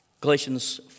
Galatians